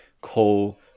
call